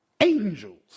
angels